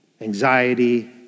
anxiety